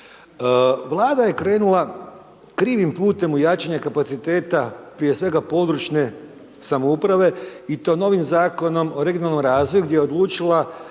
Vlada je krenula krivim putem u jačanje kapaciteta, prije svega područne samouprave i to novim Zakonom o regionalnom razvoju gdje je odlučila